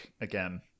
again